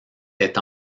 est